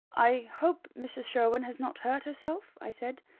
i hope mrs. sherwin has not hurt herself? i said.